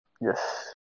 Yes